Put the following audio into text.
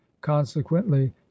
consequently